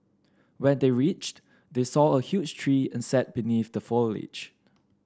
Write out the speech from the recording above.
when they reached they saw a huge tree and sat beneath the foliage